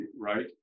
right